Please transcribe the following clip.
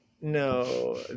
No